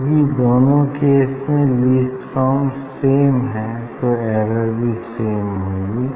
क्यूंकि दोनों केसेस में लीस्ट काउंट सेम है तो एरर भी सेम होगी